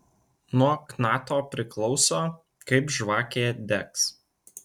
nuo knato priklauso kaip žvakė degs